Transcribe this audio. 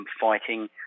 fighting